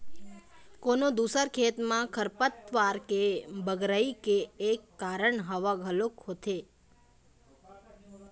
कोनो दूसर खेत म खरपतवार के बगरई के एक कारन हवा घलोक होथे